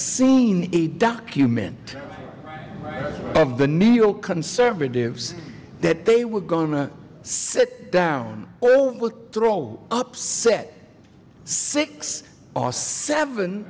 seen a document of the neoconservatives that they were going to sit down with for all upset six or seven